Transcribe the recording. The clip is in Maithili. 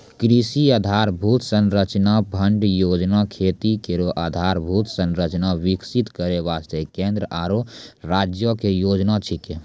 कृषि आधारभूत संरचना फंड योजना खेती केरो आधारभूत संरचना विकसित करै वास्ते केंद्र आरु राज्यो क योजना छिकै